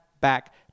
back